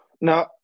now